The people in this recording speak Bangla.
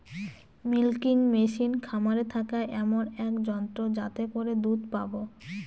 মিল্কিং মেশিন খামারে থাকা এমন এক যন্ত্র যাতে করে দুধ পাবো